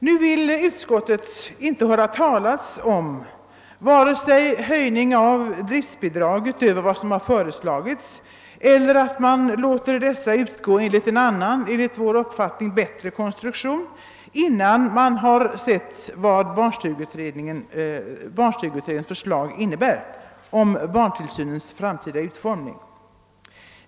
Nu vill utskottet inte höra talas om att man vare sig höjer driftbidragen utöver vad som föreslagits eller att man låter dessa utgå enligt en annan, enligt vår uppfattning bättre, konstruktion, innan det har sett vad barnstugeutredningens förslag om barntillsynens framtida utformning innebär.